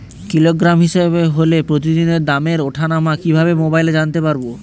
Kilogram হিসাবে হলে প্রতিদিনের দামের ওঠানামা কিভাবে মোবাইলে জানতে পারবো?